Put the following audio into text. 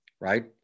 Right